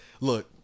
look